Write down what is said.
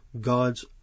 God's